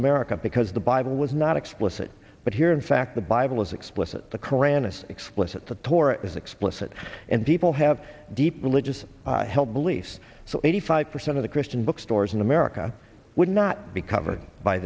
america because the bible was not explicit but here in fact the bible is explicit the qur'an is explicit the torah is explicit and people have deep religious held beliefs so eighty five percent of the christian bookstores in america would not be covered by